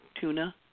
tuna